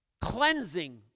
cleansing